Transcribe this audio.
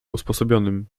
usposobionym